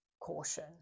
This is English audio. caution